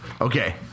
Okay